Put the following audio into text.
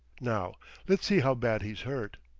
now let's see how bad he's hurt.